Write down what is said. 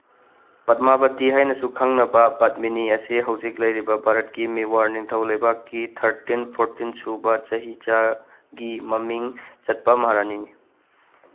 ꯄꯗꯃꯥꯕꯇꯤ ꯍꯥꯏꯅꯁꯨ ꯈꯪꯅꯕ ꯄꯗꯃꯤꯅꯤ ꯑꯁꯤ ꯍꯧꯖꯤꯛ ꯂꯩꯔꯤꯕ ꯚꯥꯔꯠꯀꯤ ꯃꯤꯋꯥꯔ ꯅꯤꯡꯊꯧ ꯂꯩꯕꯥꯛꯀꯤ ꯊꯥꯔꯇꯤꯟ ꯐꯣꯔꯇꯤꯟ ꯁꯨꯕ ꯆꯍꯤꯆꯥꯒꯤ ꯃꯃꯤꯡ ꯆꯠꯄ ꯃꯍꯥꯔꯥꯅꯤꯅꯤ